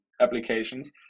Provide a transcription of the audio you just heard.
applications